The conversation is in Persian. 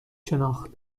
شناخت